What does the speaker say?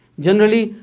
generally,